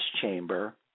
chamber